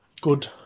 good